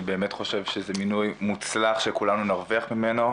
אני באמת חושב שזה מינוי מוצלח שכולנו מרוויח ממנו,